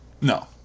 No